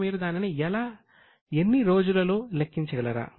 ఇప్పుడు మీరు దానిని ఎన్ని రోజులో లెక్కించగలరా